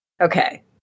Okay